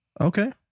Okay